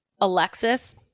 Alexis